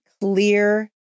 clear